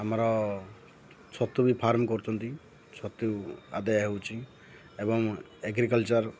ଆମର ଛତୁ ବି ଫାର୍ମ କରୁଛନ୍ତି ଛତୁ ଆଦାୟ ହେଉଛି ଏବଂ ଏଗ୍ରିକଲଚର୍